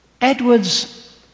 Edwards